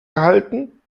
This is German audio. gehalten